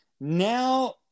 now